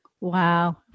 Wow